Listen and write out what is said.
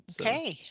Okay